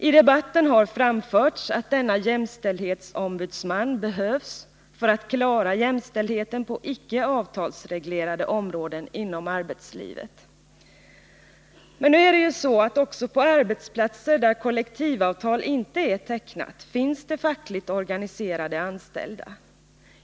I debatten har framförts att denna jämställdhetsombudsman behövs för att klara jämställdheten på icke avtalsreglerade områden inom arbetslivet. Men nu är det ju så att det också på arbetsplatser där kollektivavtal inte är tecknat finns fackligt organiserade anställda.